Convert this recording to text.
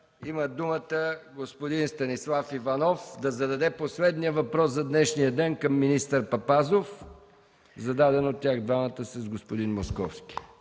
има думата Станислав Иванов, за да зададе последния въпрос за днешния ден към министър Папазов, зададен от него и господин Московски.